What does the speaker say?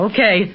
Okay